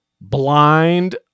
Blind